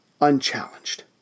unchallenged